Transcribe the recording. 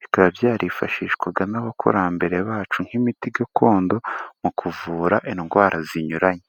bikaba byarifashishwaga n'abakurambere bacu nk'imiti gakondo mu kuvura indwara zinyuranye.